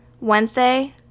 Wednesday